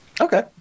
Okay